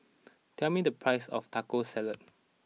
tell me the price of Taco Salad